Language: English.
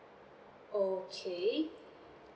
okay